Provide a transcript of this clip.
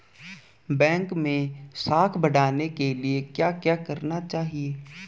Bank मैं साख बढ़ाने के लिए क्या क्या करना चाहिए?